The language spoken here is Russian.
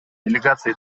делегации